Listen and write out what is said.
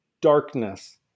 darkness